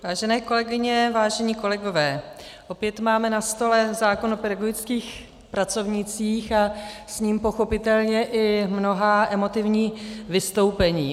Vážené kolegyně, vážení kolegové, opět máme na stole zákon o pedagogických pracovnících a s ním pochopitelně i mnohá emotivní vystoupení.